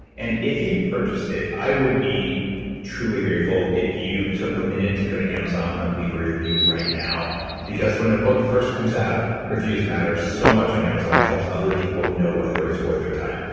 and if you purchased it, i would be truly grateful if you took a minute to go to amazon and leave a review right now because when a book first comes out, reviews matter so much on amazon. it helps other people know whether it's worth their time.